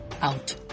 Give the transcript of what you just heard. Out